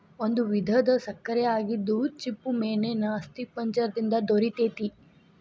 ಒಂದು ವಿಧದ ಸಕ್ಕರೆ ಆಗಿದ್ದು ಚಿಪ್ಪುಮೇನೇನ ಅಸ್ಥಿಪಂಜರ ದಿಂದ ದೊರಿತೆತಿ